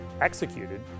executed